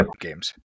games